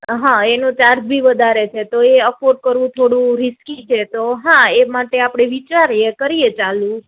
હા એનો ચાર્જ બી વધારે છે તો એ અફોર્ડ કરવુ થોડુ રિસ્કી છે તો હા એ માટે આપણે વિચારીએ કરીએ ચાલુ